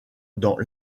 dans